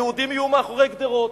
היהודים יהיו מאחורי גדרות,